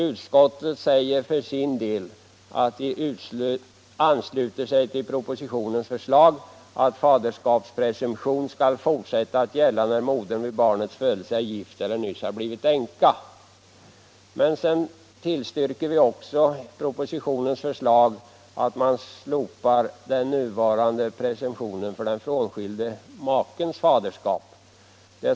Utskottet säger för sin del att det ansluter sig till propositionens förslag att faderskapspresumtion skall fortsätta gälla när modern vid barnets födelse är gift eller nyss har blivit änka. Men vi tillstyrker också propositionens förslag att man slopar den nuvarande presumtionen för den frånskilda makens faderskap.